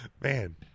Man